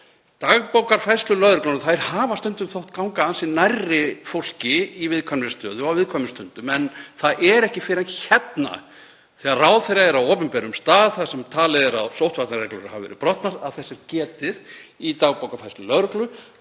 Dagbókarfærslur lögreglunnar, þær hafa stundum þótt ganga ansi nærri fólki í viðkvæmri stöðu á viðkvæmum stundum. En það er ekki fyrr en þegar ráðherra er á opinberum stað þar sem talið er að sóttvarnareglur hafi verið brotnar og þess er getið í dagbókarfærslu lögreglu